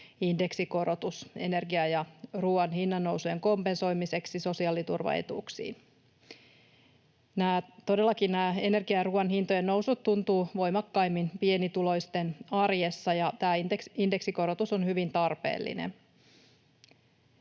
energian ja ruoan hinnannousujen kompensoimiseksi. Todellakin nämä energian ja ruoan hintojen nousut tuntuvat voimakkaimmin pienituloisten arjessa, ja tämä indeksikorotus on hyvin tarpeellinen.